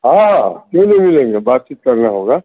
हाँ हाँ क्यों नहीं मिलेंगे बातचीत करना होगा